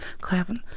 clapping